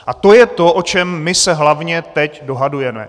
A to je to, o čem my se hlavně teď dohadujeme.